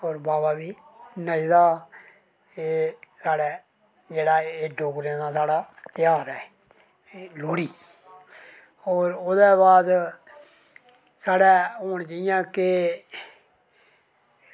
होर बाबा बी नचदा एह् साढ़े जेह्ड़ा एह् डोगरें दा तेहार ऐ एह् लोह्ड़ी होर ओह्दे बाद साढ़े हून जि'यां कि